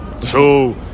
two